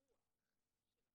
הרוח של החוק.